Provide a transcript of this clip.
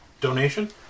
donation